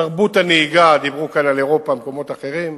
תרבות הנהיגה, דיברו כאן על אירופה ומקומות אחרים,